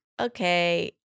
Okay